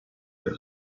per